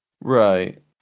Right